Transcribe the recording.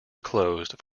closed